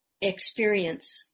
experience